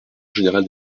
général